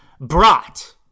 brought